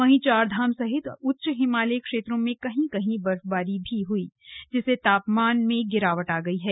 वहीं चारधाम सहित उच्च हिमालयी क्षेत्रों में कहीं कहीं बर्फबारी भी हुई है जिससे तापमान में गिरावट दर्ज की गई है